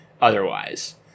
otherwise